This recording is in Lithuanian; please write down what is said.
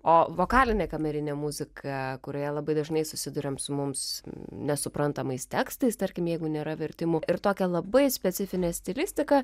o vokalinė kamerinė muzika kurioje labai dažnai susiduriam su mums nesuprantamais tekstais tarkim jeigu nėra vertimų ir tokia labai specifinė stilistika